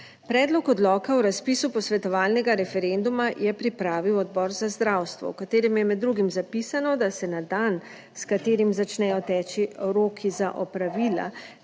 Predlog odloka o razpisu posvetovalnega referenduma je pripravil odbor za zdravstvo, v katerem je med drugim zapisano, da se na dan, s katerim začnejo teči roki za opravila,